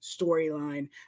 storyline